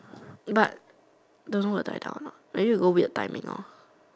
but don't know will die down or not maybe go weird timing lo